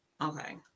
okay